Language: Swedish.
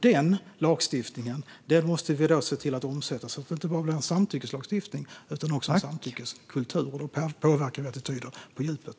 Den lagstiftningen måste vi se till att omsätta. Det får inte bara bli en samtyckeslagstiftning utan också en samtyckeskultur. Då påverkar vi attityder på djupet.